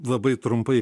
labai trumpai